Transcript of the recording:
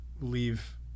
leave